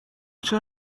چرا